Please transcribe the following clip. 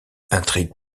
intrigues